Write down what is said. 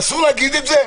אז אי-אפשר להגיד את זה?